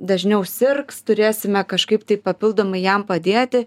dažniau sirgs turėsime kažkaip tai papildomai jam padėti